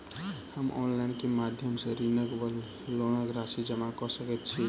हम ऑनलाइन केँ माध्यम सँ ऋणक वा लोनक राशि जमा कऽ सकैत छी?